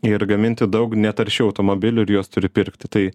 ir gaminti daug netaršių automobilių ir juos turi pirkti tai